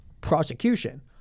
prosecution